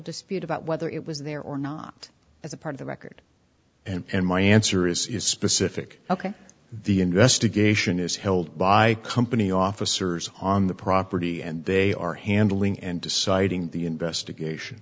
dispute about whether it was there or not as a part of the record and my answer is is specific ok the investigation is held by company officers on the property and they are handling and deciding the investigation